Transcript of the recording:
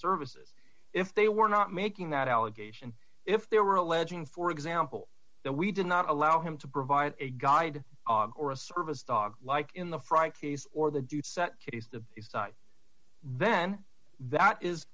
services if they were not making that allegation if they were alleging for example that we did not allow him to provide a guide dog or a service dog like in the fry case or the dude set then that is